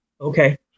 okay